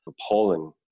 appalling